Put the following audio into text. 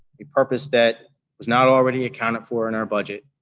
a purpose that was not already accounted for in our budget,